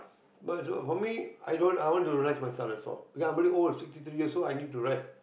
but for me i don't I want to relax myself that's all because I'm already old sixty three years old I need to rest